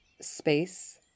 space